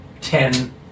ten